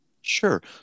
Sure